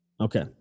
Okay